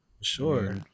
sure